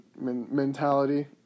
mentality